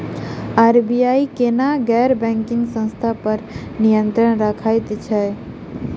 RBI केना गैर banking संस्था पर नियत्रंण राखैत छैक?